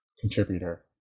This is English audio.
contributor